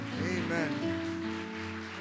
Amen